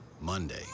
Monday